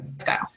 style